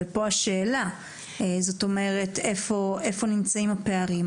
ופה השאלה איפה נמצאים הפערים.